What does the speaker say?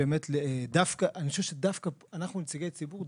אנחנו נציגי הציבור,